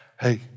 hey